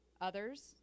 Others